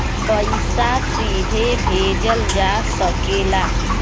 पइसा सीधे भेजल जा सकेला